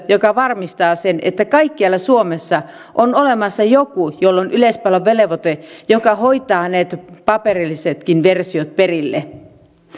joka varmistaa sen että kaikkialla suomessa on olemassa joku jolla on yleispalveluvelvoite ja joka hoitaa ne paperillisetkin versiot perille